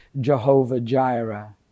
Jehovah-Jireh